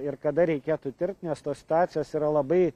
ir kada reikėtų tirt nes tos situacijos yra labai